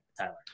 Tyler